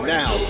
now